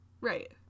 right